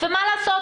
ומה לעשות,